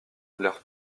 leurs